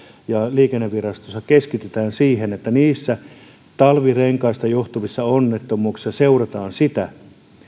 ja liikennevirastossa keskitytään siihen että talvirenkaista johtuvissa onnettomuuksissa seurataan sitä